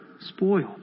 spoiled